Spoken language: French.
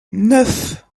neuf